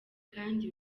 kandi